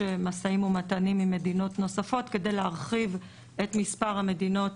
משאים ומתנים עם מדינות נוספות כדי להרחיב את מספר המדינות